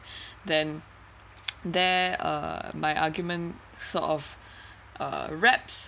then there uh my argument sort of uh wraps